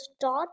dot